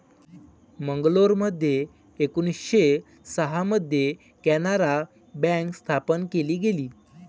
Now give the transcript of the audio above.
मंगलोरमध्ये एकोणीसशे सहा मध्ये कॅनारा बँक स्थापन केली गेली